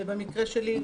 ובמקרה שלי,